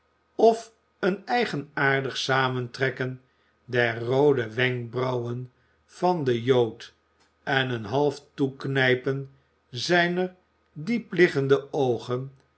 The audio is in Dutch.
of een eigenaardig samentrekken der roode wenkbrauwen van den jood en een half toeknijpen zijner diepliggende oogen